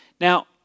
Now